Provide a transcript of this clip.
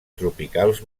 tropicals